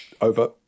Over